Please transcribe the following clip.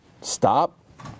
stop